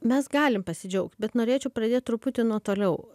mes galim pasidžiaugt bet norėčiau pradėt truputį nuo toliau